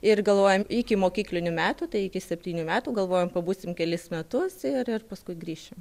ir galvojom ikimokyklinių metų tai iki septynių metų galvojom pabūsim kelis metus ir ir paskui grįšim